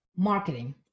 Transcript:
Marketing